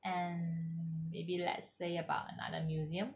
and maybe let's say about another museum